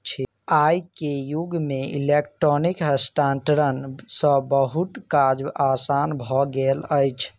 आई के युग में इलेक्ट्रॉनिक हस्तांतरण सॅ बहुत काज आसान भ गेल अछि